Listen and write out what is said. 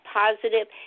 positive